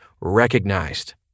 recognized